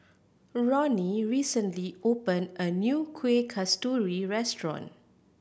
Ronny recently opened a new Kueh Kasturi restaurant